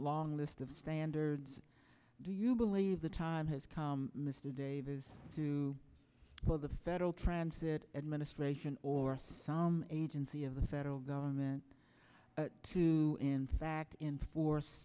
long list of standards do you believe the time has come mr davis to put the federal transit administration or some agency of the federal government to in fact in for